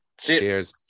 Cheers